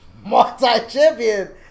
multi-champion